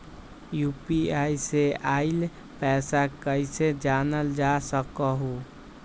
UPI से आईल पैसा कईसे जानल जा सकहु?